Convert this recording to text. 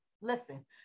listen